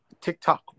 TikTok